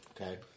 Okay